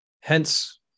Hence